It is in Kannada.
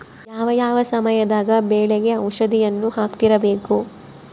ಯಾವ ಯಾವ ಸಮಯದಾಗ ಬೆಳೆಗೆ ಔಷಧಿಯನ್ನು ಹಾಕ್ತಿರಬೇಕು?